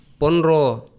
ponro